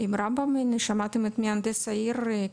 עם רמב"ם שמעתם את מהנדס העיר,